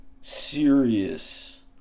serious